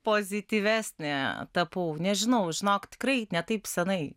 pozityvesnė tapau nežinau žinok tikrai ne taip senai